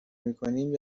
میکنیم